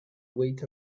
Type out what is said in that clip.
wait